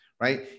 Right